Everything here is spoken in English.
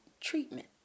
treatment